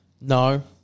No